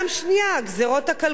הגזירות הכלכליות.